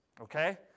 okay